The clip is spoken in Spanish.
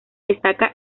destaca